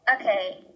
Okay